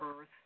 earth